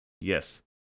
Yes